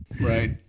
Right